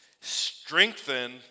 strengthen